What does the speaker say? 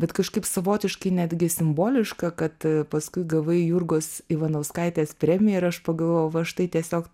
bet kažkaip savotiškai netgi simboliška kad paskui gavai jurgos ivanauskaitės premiją ir aš pagalvojau va štai tiesiog